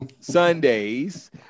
Sundays